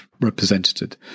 represented